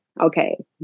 Okay